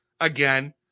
Again